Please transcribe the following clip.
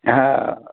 हा